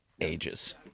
ages